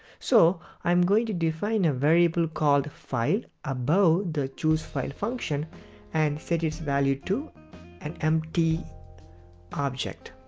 so i am gong to define a variable called file above the choosefile function and set its value to an empty object.